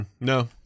No